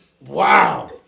Wow